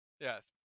Yes